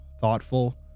thoughtful